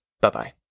bye-bye